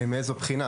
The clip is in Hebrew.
מאיזו בחינה?